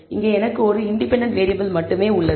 இங்கே எனக்கு ஒரு இன்டிபென்டன்ட் வேறியபிள் மட்டுமே உள்ளது